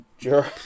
Sure